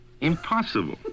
Impossible